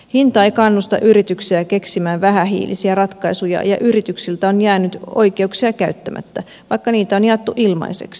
hinta ei kannusta yrityksiä keksimään vähähiilisiä ratkaisuja ja yrityksiltä on jäänyt oikeuksia käyttämättä vaikka niitä on jaettu ilmaiseksi